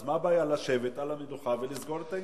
אז מה הבעיה לשבת על המדוכה ולסגור את העניין?